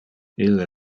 ille